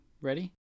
ready